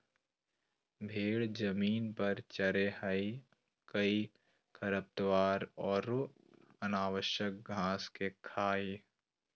भेड़ जमीन पर चरैय हइ कई खरपतवार औरो अनावश्यक घास के खा हइ